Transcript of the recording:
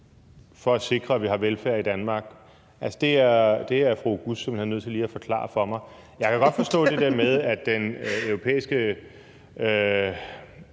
for at sikre, at vi har velfærd i Danmark? Altså, det er fru Oguz simpelt hen lige nødt til at forklare for mig. Jeg kan godt forstå det der med, at de forskellige